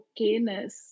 okayness